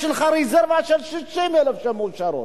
יש לך רזרבה של 60,000 שמאושרות.